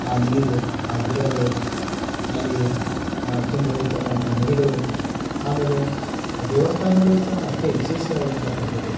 ಆ ನೀರು ಆ ಗಿಡಗಳು ಅಲ್ಲಿ ತುಂಬಿ ಹರಿಯತಕ್ಕಂಥ ನದಿಗಳು ಆಮೇಲೆ ದೇವಸ್ಥಾನಗಳು ಸಹ ಅಷ್ಟೇ ವಿಶೇಷವಾಗಿರತಕ್ಕಂಥದ್ದು